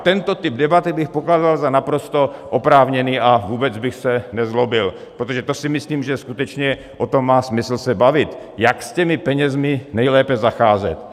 Tento typ debaty bych pokládal za naprosto oprávněný a vůbec bych se nezlobil, protože to si myslím, že o tom skutečně má smysl se bavit, jak s těmi penězi nejlépe zacházet.